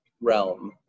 realm